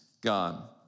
God